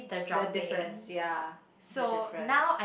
the difference ya the difference